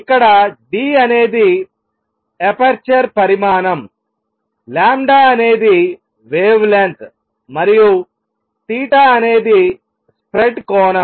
ఇక్కడ d అనేది aperture పరిమాణంఅనేది వేవ్ లెంగ్త్ మరియు అనేది స్ప్రెడ్ కోణం